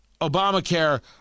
Obamacare